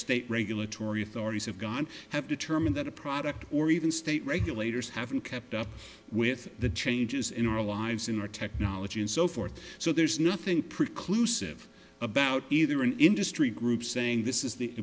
state regulatory authorities have gone have determined that a product or even state regulators haven't kept up with the changes in our lives in our technology and so forth so there's nothing precludes siv about either an industry group saying this is the